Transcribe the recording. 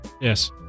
Yes